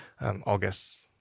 August